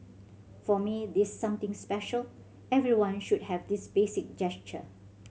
for me this something special everyone should have this basic gesture